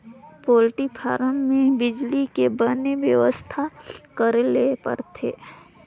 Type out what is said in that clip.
poultry farm में बिजली के बने बेवस्था करे ले परथे